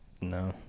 No